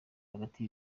hagati